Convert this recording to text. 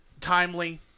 Timely